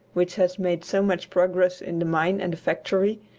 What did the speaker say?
which has made so much progress in the mine and the factory,